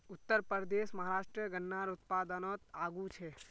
उत्तरप्रदेश, महाराष्ट्र गन्नार उत्पादनोत आगू छे